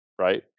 right